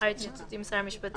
לאחר התייעצות עם שר המשפטים,